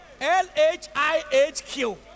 L-H-I-H-Q